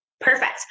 Perfect